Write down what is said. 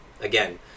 again